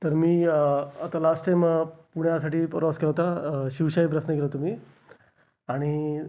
तर मी आता लास्ट टाइम पुण्यासाठी प्रवास केला होता शिवशाही बसने गेलो होतो मी आणि